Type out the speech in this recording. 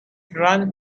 run